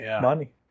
money